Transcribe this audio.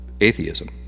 atheism